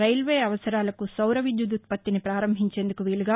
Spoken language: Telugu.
రైల్వే అవసరాలకు సౌర విద్యుత్తు ఉత్పత్తిని ప్రారంభించేందుకు వీలుగా